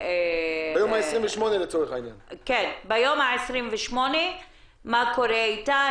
ביום ה-28 מה קורה איתה,